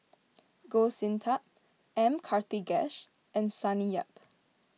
Goh Sin Tub M Karthigesu and Sonny Yap